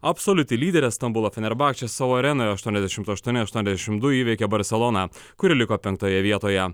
absoliuti lyderė stambulo fenerbahče savo arenoje aštuoniasdešim aštuoni aštuoniasdešim du įveikė barseloną kuri liko penktoje vietoje